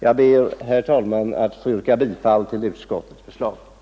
Jag ber, herr talman, att få yrka bifall till utskottets hemställan.